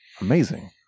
amazing